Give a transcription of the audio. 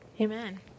Amen